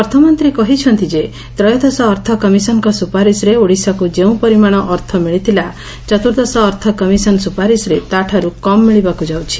ଅର୍ଥମନ୍ତୀ କହିଛନ୍ତି ଯେ ତ୍ରୟୋଦଶ ଅର୍ଥ କମିଶନଙ୍ଙ ସ୍ପାରିଶରେ ଓଡ଼ିଶାକୁ ଯେଉଁ ପରିମାଣ ଅର୍ଥ ମିଳିଥିଲା ଚତୁର୍ଦ୍ଦଶ ଅର୍ଥ କମିଶନ ସୁପାରିଶରେ ତା'ଠାରୁ କମ୍ ମିଳିବାକୁ ଯାଉଛି